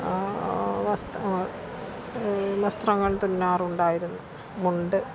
വസ്ത്രങ്ങൾ വസ്ത്രങ്ങൾ തുന്നാറുണ്ടായിരുന്നു മുണ്ട്